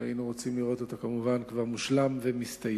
שכמובן כבר היינו רוצים לראות אותו מושלם ומסתיים.